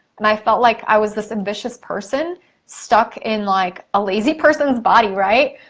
and i felt like i was this ambitious person stuck in like a lazy person's body, right.